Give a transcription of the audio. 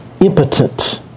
Impotent